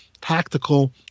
tactical